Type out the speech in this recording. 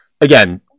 again